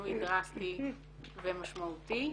שינוי דראסטי ומשמעותי.